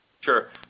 Sure